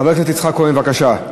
חבר הכנסת יצחק כהן, בבקשה.